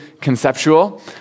conceptual